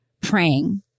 praying